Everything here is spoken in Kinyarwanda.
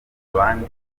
abandi